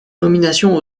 nominations